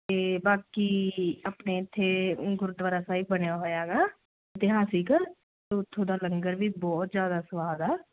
ਅਤੇ ਬਾਕੀ ਆਪਣੇ ਇੱਥੇ ਗੁਰਦੁਆਰਾ ਸਾਹਿਬ ਬਣਿਆ ਹੋਇਆ ਗਾ ਇਤਿਹਾਸਿਕ ਉੱਥੋਂ ਦਾ ਲੰਗਰ ਵੀ ਬਹੁਤ ਜ਼ਿਆਦਾ ਸਵਾਦ ਆ